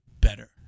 better